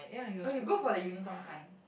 or you go for the uniform kind